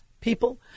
people